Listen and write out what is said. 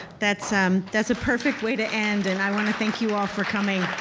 that's um that's a perfect way to end, and i wanna thank you all for coming.